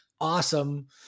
awesome